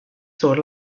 sur